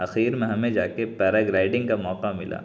اخیر میں ہمیں جا کے پیراگرائڈنگ کا موقع ملا